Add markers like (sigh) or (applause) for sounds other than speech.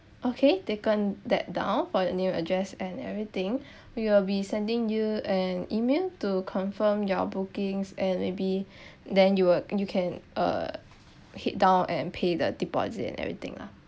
okay taken that down for the email address and everything (breath) we will be sending you an email to confirm your bookings and maybe (breath) then you will you can uh head down and pay the deposit and everything lah